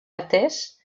atès